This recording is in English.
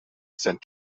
sent